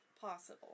Possible